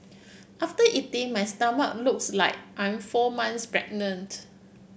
after eating my stomach looks like I'm four months pregnant